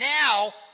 Now